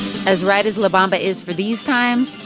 as right as la bamba is for these times,